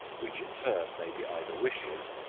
which in turn may be either wishes,